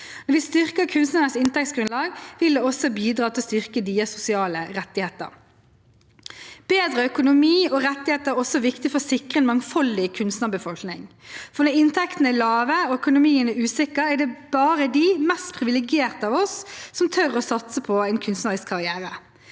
Når vi styrker kunstnernes inntektsgrunnlag, vil det også bidra til å styrke deres sosiale rettigheter. Bedre økonomi og rettigheter er også viktig for å sikre en mangfoldig kunstnerbefolkning. Når inntektene er lave og økonomien er usikker, er det bare de mest privilegerte av oss som tør å satse på en kunstnerisk karriere.